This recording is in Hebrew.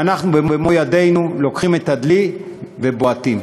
ואנחנו במו-ידינו לוקחים את הדלי ובועטים?